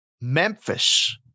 Memphis